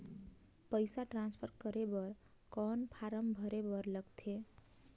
पईसा ट्रांसफर करे बर कौन फारम भरे बर लगथे?